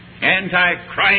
anti-Christ